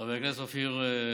חבר הכנסת אופיר סופר,